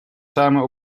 samen